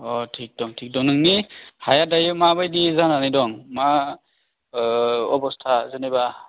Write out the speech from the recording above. अ थिक दं थिक दं नोंनि हाया दायो माबायदि जानानै दं मा अबस्था जेनेबा